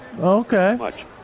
Okay